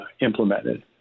implemented